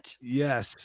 Yes